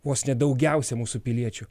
vos ne daugiausiai mūsų piliečių